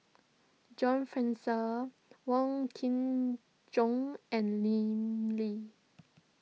John Fraser Wong Kin Jong and Lim Lee